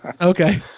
Okay